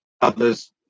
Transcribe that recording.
others